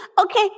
okay